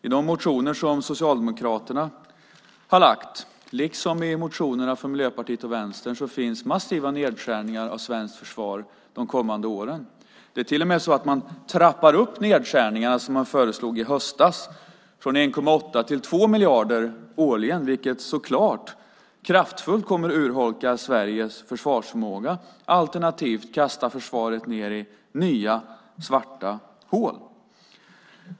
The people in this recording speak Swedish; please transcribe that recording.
I de motioner som Socialdemokraterna har lagt fram, liksom i motionerna från Miljöpartiet och Vänstern, finns massiva nedskärningar av svenskt försvar de kommande åren. Det är till och med så att man trappar upp de nedskärningar man föreslog i höstas från 1,8 miljarder till 2 miljarder årligen, vilket så klart kraftfullt kommer att urholka Sveriges försvarsförmåga, alternativt kasta försvaret ned i nya svarta hål.